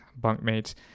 Bunkmates